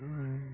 ᱦᱮᱸ